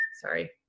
sorry